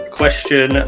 question